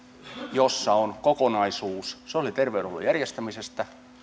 jossa on kokonaisuus sosiaali ja terveydenhuollon järjestämisestä